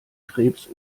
krebs